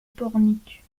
pornic